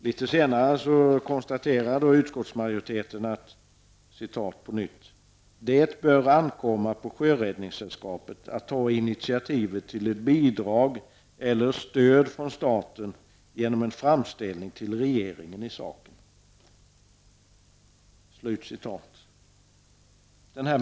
Litet längre ned på samma sida i betänkandet skriver man så här: ''Det bör ankomma på Sjöräddningssällskapet att ta initiativet till ett bidrag eller stöd från staten genom en framställning till regeringen i saken.''